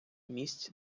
місць